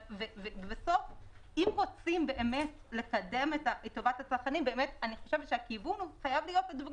אז אם רוצים באמת לקדם את טובת הצרכנים הכיוון חייב להיות הדברים